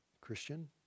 Christian